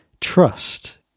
trust